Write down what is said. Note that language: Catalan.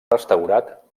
restaurat